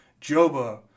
Joba